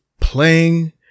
playing